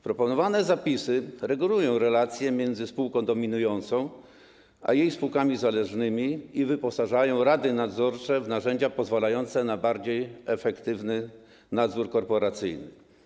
Proponowane zapisy regulują relacje między spółką dominującą a jej spółkami zależnymi i wyposażają rady nadzorcze w narzędzia pozwalające na bardziej efektywny nadzór korporacyjny.